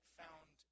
found